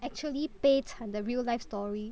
actually 悲惨的 real life story